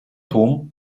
tłum